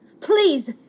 Please